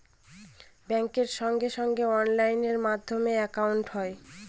ব্যাঙ্কের সঙ্গে সঙ্গে অনলাইন মাধ্যমে একাউন্ট হয়